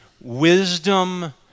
wisdom